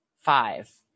Five